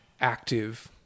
active